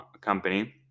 company